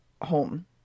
Home